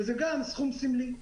וזה גם סכום סמלי.